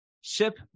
Ship